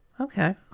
Okay